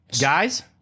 guys